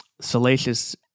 salacious